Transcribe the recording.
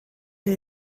sie